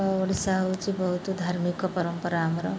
ଓଡ଼ିଶା ହେଉଛି ବହୁତ ଧାର୍ମିକ ପରମ୍ପରା ଆମର